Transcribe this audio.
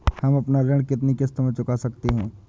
हम अपना ऋण कितनी किश्तों में चुका सकते हैं?